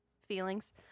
feelings